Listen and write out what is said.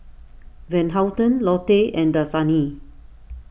Van Houten Lotte and Dasani